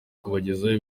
kubagezaho